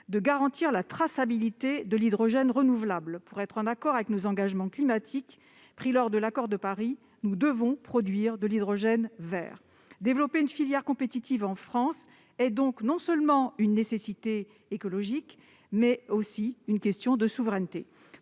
de garantir la traçabilité de l'hydrogène renouvelable. Pour être en accord avec nos engagements climatiques pris dans le cadre de l'accord de Paris, nous devons produire de l'hydrogène vert. Développer une filière compétitive en France est donc non seulement une nécessité écologique, mais aussi une question de souveraineté.